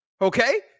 Okay